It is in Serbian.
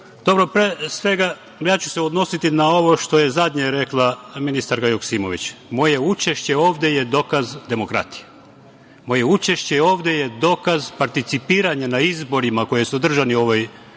je. Dobro, pre svega ja ću se odnositi na ovo što je zadnje rekla ministarka Joksimović - moje učešće ovde je dokaz demokratije. Moje učešće ovde je dokaz participiranja na izborima koji su održani u ovoj